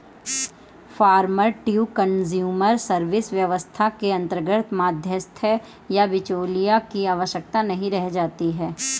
farmer to consumer service व्यवस्था के अंतर्गत मध्यस्थ या बिचौलिए की आवश्यकता नहीं रह जाती है